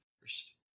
first